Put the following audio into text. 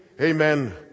Amen